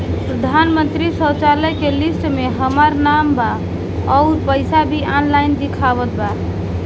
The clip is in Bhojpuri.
प्रधानमंत्री शौचालय के लिस्ट में हमार नाम बा अउर पैसा भी ऑनलाइन दिखावत बा